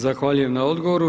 Zahvaljujem na odgovoru.